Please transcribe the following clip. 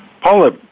Paula